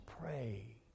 pray